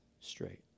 straight